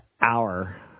hour